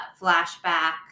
flashback